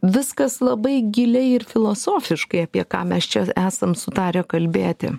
viskas labai giliai ir filosofiškai apie ką mes čia esam sutarę kalbėti